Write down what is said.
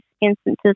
instances